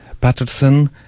Patterson